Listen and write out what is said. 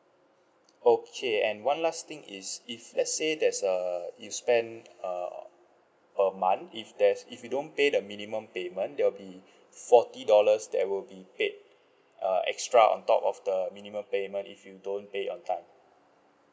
okay and one last thing is if let's say there's err you spend uh per month if there's if you don't pay the minimum payment there'll be forty dollars that will be paid uh extra on top of the minimum payment if you don't pay on time